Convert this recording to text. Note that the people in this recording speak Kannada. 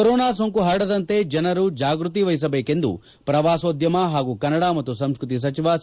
ಕೊರೋನಾ ಸೋಂಕು ಪರಡದಂತೆ ಜನರು ಜಾಗೃತಿವಹಿಸಬೇಕು ಎಂದು ಪ್ರವಾಸೋದ್ಯಮ ಹಾಗು ಕನ್ನಡ ಮತ್ತು ಸಂಸ್ಟೃತಿ ಸಚಿವ ಸಿ